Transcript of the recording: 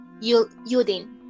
Yudin